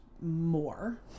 more